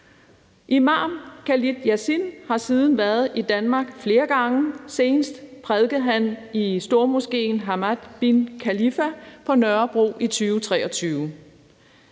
Imamen Khalid Yasin har siden været i Danmark flere gange. Senest prædikede han i stormoskéen Hamad Bin Khalifa på Nørrebro i 2023.